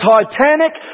Titanic